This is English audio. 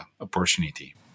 opportunity